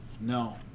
no